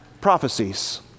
Prophecies